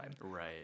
Right